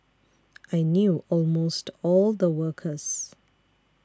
I knew almost all the workers